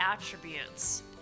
attributes